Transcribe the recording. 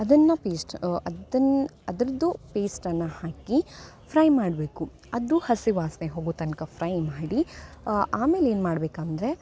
ಅದನ್ನು ಪೇಸ್ಟ್ ಅದ್ದನ್ ಅದರದ್ದು ಪೇಸ್ಟನ್ನು ಹಾಕಿ ಫ್ರೈ ಮಾಡಬೇಕು ಅದು ಹಸಿ ವಾಸನೆ ಹೋಗೋ ತನಕ ಫ್ರೈ ಮಾಡಿ ಆಮೇಲೆ ಏನು ಮಾಡಬೇಕಂದ್ರೆ